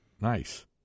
Nice